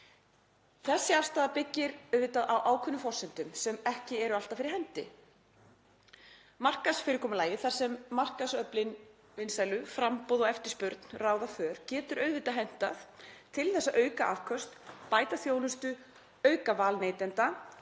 Þessi afstaða byggir auðvitað á ákveðnum forsendum sem ekki eru alltaf fyrir hendi. Markaðsfyrirkomulagið, þar sem markaðsöflin vinsælu, framboð og eftirspurn, ráða för, getur auðvitað hentað til að auka afköst, bæta þjónustu, auka val neytenda,